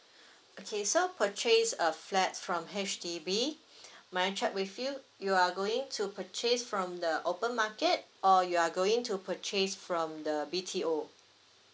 okay so purchase a flat from H_D_B may I check with you you are going to purchase from the open market or you are going to purchase from the B_T_O